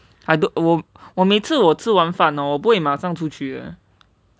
I don't wa~ 我每次我吃晚饭 hor 我不会马上出去